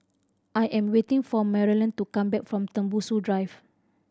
I am waiting for Maralyn to come back from Tembusu Drive